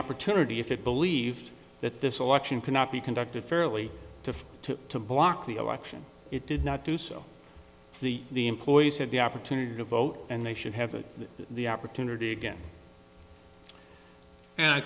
opportunity if it believed that this election cannot be conducted fairly to to block the election it did not do so the the employees had the opportunity to vote and they should have the opportunity again and i